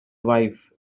wife